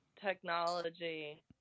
technology